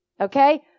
Okay